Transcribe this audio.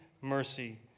mercy